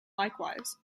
likewise